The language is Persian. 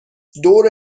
دور